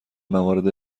موارد